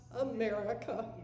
America